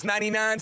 99